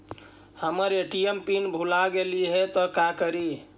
हमर ATM pin भूला गेली हे, तो का करि?